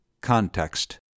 context